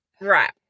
Right